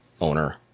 owner